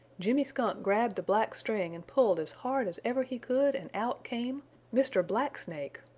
jimmy skunk grabbed the black string and pulled as hard as ever he could and out came mr. black snake!